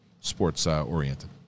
sports-oriented